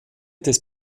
des